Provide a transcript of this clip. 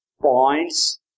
points